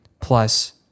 plus